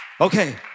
okay